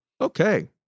Okay